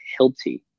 Hilti